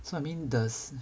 so I mean does